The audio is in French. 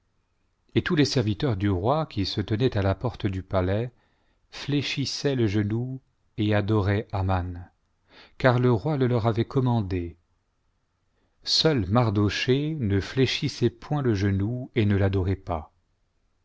kt toub les serviteurs du roi qui se tenaient à la porte du palais fléchissaient les genoux et adoraient aman car le roi le leur avait commandé seul mardochée ne fléchissait point le genou et ne l'adorait pas